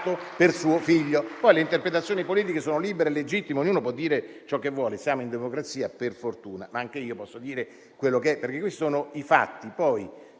Poi le interpretazioni politiche sono libere e legittime. Ognuno può dire ciò che vuole, siamo in democrazia, per fortuna, ma anche io posso dire quello che è, perché questi sono i fatti.